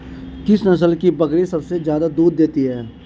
किस नस्ल की बकरी सबसे ज्यादा दूध देती है?